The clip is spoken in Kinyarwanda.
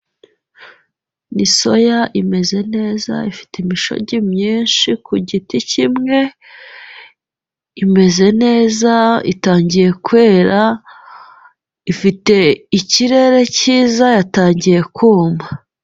Ni soya imeze neza ifite imishogi myinshi ku giti kimwe, imeze neza, itangiye kwera, ifite ikirere cyiza, yatangiye kuma.